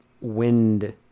wind